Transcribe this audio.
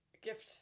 Gift